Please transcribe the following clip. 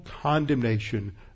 condemnation